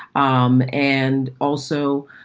um and also,